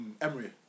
Emery